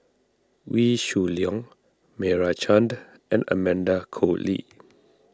Wee Shoo Leong Meira Chand and Amanda Koe Lee